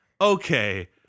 Okay